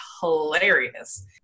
hilarious